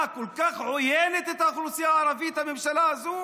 מה, הממשלה הזו